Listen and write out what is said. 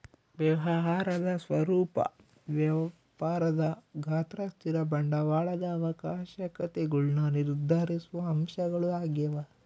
ವ್ಯವಹಾರದ ಸ್ವರೂಪ ವ್ಯಾಪಾರದ ಗಾತ್ರ ಸ್ಥಿರ ಬಂಡವಾಳದ ಅವಶ್ಯಕತೆಗುಳ್ನ ನಿರ್ಧರಿಸುವ ಅಂಶಗಳು ಆಗ್ಯವ